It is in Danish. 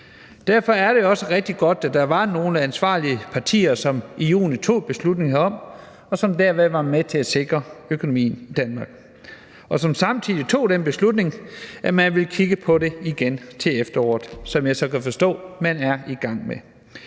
Derfor er det også rigtig godt, at der var nogle ansvarlige partier, som i juni tog beslutning herom, og som dermed var med til at sikre økonomien i Danmark. Samtidig tog de den beslutning, at man ville kigge på det igen til efteråret, hvad jeg så kan forstå at man er i gang med.